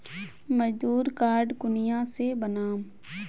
मजदूर कार्ड कुनियाँ से बनाम?